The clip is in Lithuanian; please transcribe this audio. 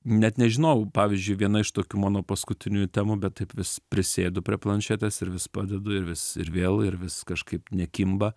net nežinojau pavyzdžiui viena iš tokių mano paskutinių temų bet taip vis prisėdu prie planšetės ir vis padedu ir vis ir vėl ir vis kažkaip nekimba